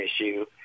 issue